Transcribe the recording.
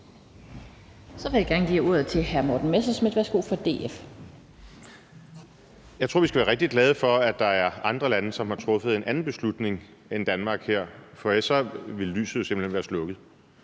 Så vil jeg gerne give ordet til hr. Morten Messerschmidt fra DF. Værsgo. Kl. 11:18 Morten Messerschmidt (DF): Jeg tror, vi skal være rigtig glade for, at der er andre lande, som her har truffet en anden beslutning, end Danmark har, for ellers ville lyset jo simpelt hen være slukket.